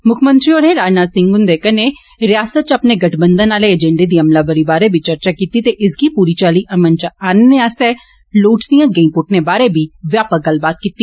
मुक्खमंत्री होरें राजनाथ सिंह हुंदे कन्नै रियासत इच अपने गठबंधन आले एजेंडे दी अमलावरी बारे बी चर्चा कीती ते इसगी पूरी चाली अमल इच आनने आस्तै लोड़चदिआं गैं पुट्टने बारे बी व्यापक गल्लबात कीती